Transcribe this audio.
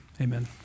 amen